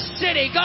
city